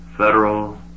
federal